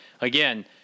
again